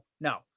no